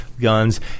guns